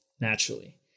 naturally